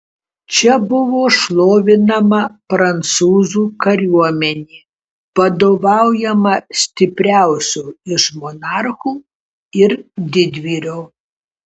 čia buvo šlovinama prancūzų kariuomenė vadovaujama stipriausio iš monarchų ir didvyrio